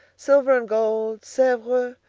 silver and gold, sevres,